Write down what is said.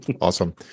Awesome